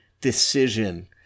decision